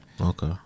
Okay